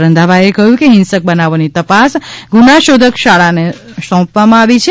રંધાવાઓ કહ્યુંકે હિંસક બનાવોની તપાસ ગુનાશોધક શાખાને સોંપવામાં આવી છે